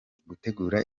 gutegura